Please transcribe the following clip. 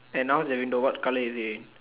and now the window what colour is it in